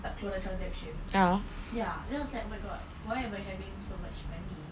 nak keluar the transactions ya then I was like oh my god why am I having so much money